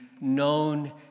known